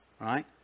Right